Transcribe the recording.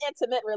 intimate